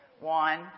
One